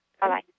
Bye-bye